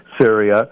Syria